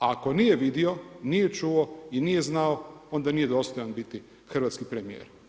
A ako nije vidio, nije čuo i nije znao, onda nije dostojan biti hrvatski premijer.